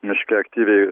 miške aktyviai